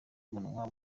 umunwa